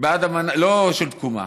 לא של תקומה